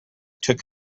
took